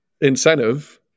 incentive